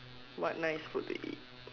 what nice food to eat